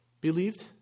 believed